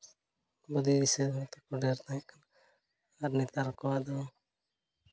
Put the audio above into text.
ᱵᱩᱫᱷᱤ ᱫᱤᱥᱟᱹ ᱦᱚᱭᱛᱚᱠᱳ ᱰᱷᱮᱨ ᱛᱟᱦᱮᱸ ᱠᱟᱱᱟ ᱟᱨ ᱱᱮᱛᱟᱨ ᱠᱚᱣᱟᱜ ᱫᱚ